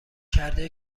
کرده